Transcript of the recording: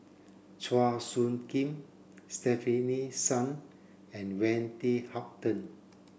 Chua Soo Khim Stefanie Sun and Wendy Hutton